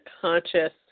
conscious